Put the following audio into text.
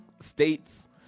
states